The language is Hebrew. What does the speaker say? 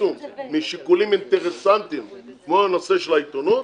לפרסום משיקולים אינטרסנטיים כמו הנושא של העיתונות,